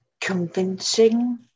convincing